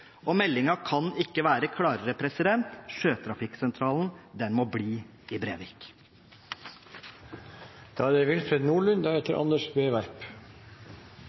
og meldingen kan ikke være klarere: Sjøtrafikksentralen må bli i Brevik.